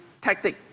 tactic